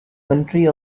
country